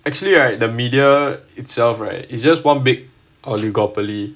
actually right the media itself right it's just one big oligopoly